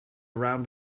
around